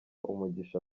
umugisha